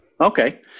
Okay